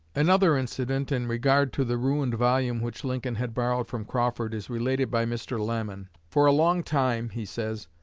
another incident in regard to the ruined volume which lincoln had borrowed from crawford is related by mr. lamon. for a long time, he says,